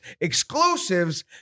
exclusives